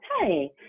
Hey